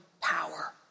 power